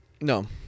No